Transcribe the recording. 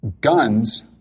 guns